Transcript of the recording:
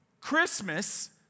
Christmas